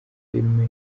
filime